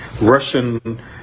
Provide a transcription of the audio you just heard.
Russian